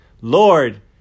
Lord